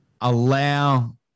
allow